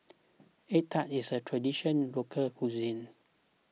Egg Tart is a Traditional Local Cuisine